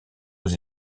aux